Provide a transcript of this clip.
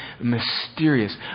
mysterious